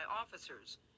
officers